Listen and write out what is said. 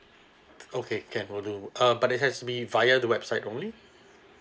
okay can will do uh but it has to be via the website only